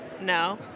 No